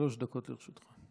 שלוש דקות לרשותך.